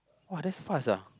!woah! that's fast ah